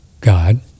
God